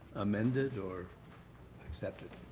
amend it or accept it.